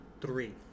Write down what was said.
three